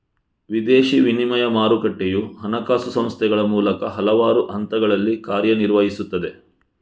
ವಿದೇಶಿ ವಿನಿಮಯ ಮಾರುಕಟ್ಟೆಯು ಹಣಕಾಸು ಸಂಸ್ಥೆಗಳ ಮೂಲಕ ಹಲವಾರು ಹಂತಗಳಲ್ಲಿ ಕಾರ್ಯ ನಿರ್ವಹಿಸುತ್ತದೆ